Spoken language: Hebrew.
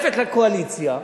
מצטרפת לקואליציה,